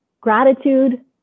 gratitude